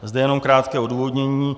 Zde jenom krátké odůvodnění.